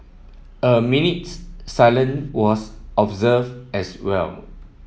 a minute's silence was observed as well